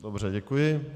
Dobře, děkuji.